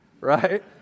Right